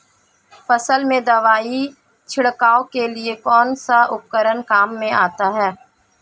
फसल में दवाई छिड़काव के लिए कौनसा उपकरण काम में आता है?